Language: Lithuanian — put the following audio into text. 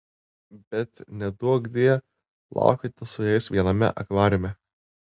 bet neduokdie plaukioti su jais viename akvariume